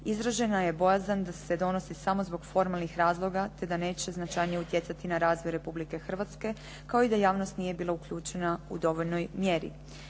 Izražena je bojazan da se donosi samo zbog formalnih razloga, te da neće značajnije utjecati na razvoj Republike Hrvatske, kao i da javnost nije bila uključena u dovoljnoj mjeri.